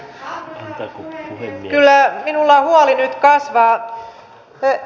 kyllä minulla huoli nyt kasvaa